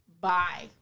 Bye